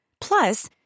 Plus